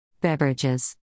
Beverages